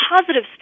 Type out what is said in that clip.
positive